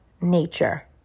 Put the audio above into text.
nature